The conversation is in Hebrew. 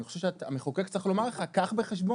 אני חושב שהמחוקק צריך לומר לך שתיקח בחשבון